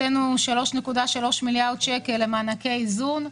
הקצנו 3.3 מיליארד שקלים למענקי איזון,